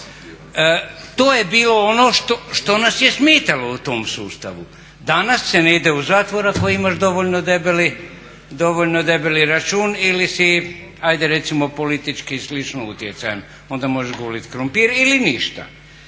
To je bilo ono što nas je smetalo u tom sustavu. Danas se ne ide u zatvor ako imaš dovoljno debeli račun ili si ajde recimo politički slično utjecajan onda možeš guliti krumpir ili ništa.